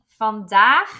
Vandaag